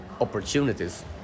opportunities